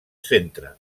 centre